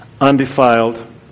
undefiled